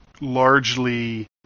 largely